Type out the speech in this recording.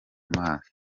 maso